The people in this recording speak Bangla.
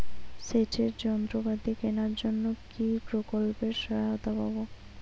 সেচের যন্ত্রপাতি কেনার জন্য কি প্রকল্পে সহায়তা পাব?